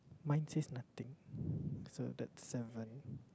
mine is nothing so that seven